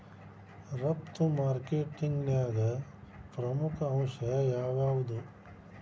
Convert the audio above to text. ರಫ್ತು ಮಾರ್ಕೆಟಿಂಗ್ನ್ಯಾಗ ಪ್ರಮುಖ ಅಂಶ ಯಾವ್ಯಾವ್ದು?